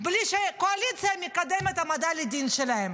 בלי שהקואליציה מקדמת העמדה לדין שלהם.